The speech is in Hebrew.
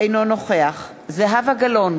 אינו נוכח זהבה גלאון,